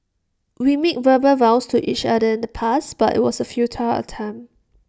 we made verbal vows to each other in the past but IT was A futile attempt